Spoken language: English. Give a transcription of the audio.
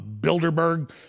Bilderberg